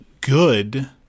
good